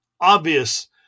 obvious